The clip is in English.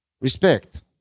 respect